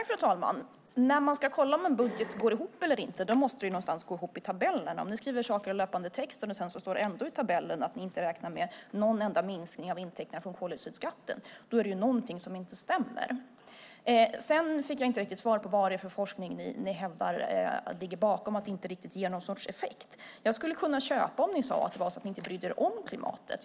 Fru talman! Om en budget ska gå ihop måste den någonstans gå ihop i tabellerna. Ni skriver saker i löpande text, men sedan står det ändå i tabellen att ni inte räknar med någon enda minskning av intäkterna från koldioxidskatten. Då är det någonting som inte stämmer. Jag fick inte riktigt svar på vad det är för forskning som ni hävdar ligger bakom att höjd koldioxidskatt inte ger någon effekt. Jag skulle kunna köpa om ni sade att ni inte bryr er om klimatet.